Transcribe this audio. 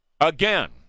Again